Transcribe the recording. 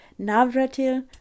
Navratil